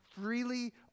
freely